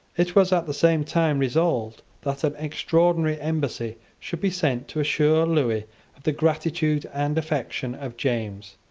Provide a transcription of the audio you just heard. it was at the same time resolved that an extraordinary embassy should be sent to assure lewis of the gratitude and affection of james.